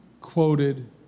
quoted